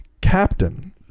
captain